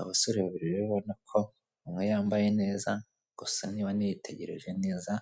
Abasore babiri rero ubona ko umwe yambaye neza gusa niba nitegereje neza